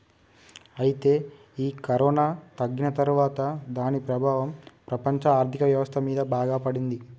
అయితే ఈ కరోనా తగ్గిన తర్వాత దాని ప్రభావం ప్రపంచ ఆర్థిక వ్యవస్థ మీద బాగా పడింది